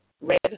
Red